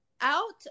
out